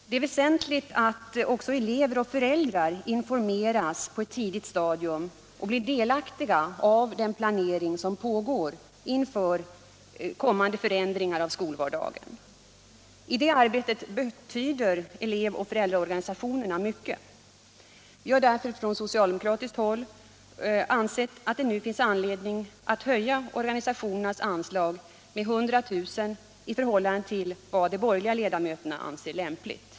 Det är väsentligt att också elever och föräldrar informeras på ett tidigt stadium och blir delaktiga av den planering som pågår inför kommande förändringar av skolvardagen. I det arbetet betyder elevoch föräldraorganisationerna mycket. Vi har därför från socialdemokratiskt håll ansett att det nu finns anledning att höja dessa organisationers anslag med 100 000 kr. i förhållande till vad de borgerliga ledamöterna har ansett lämpligt.